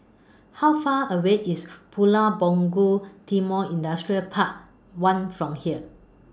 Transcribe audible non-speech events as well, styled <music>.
How Far away IS <noise> Pulau Punggol Timor Industrial Park one from here